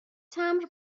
تمبر